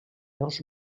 uns